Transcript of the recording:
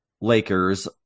lakers